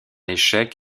échec